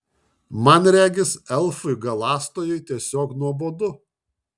man regis elfui galąstojui tiesiog nuobodu